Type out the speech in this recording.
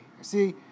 see